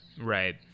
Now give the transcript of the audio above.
Right